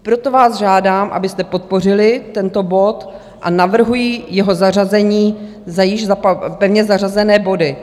Proto vás žádám, abyste podpořili tento bod, a navrhuji jeho zařazení za již pevně zařazené body.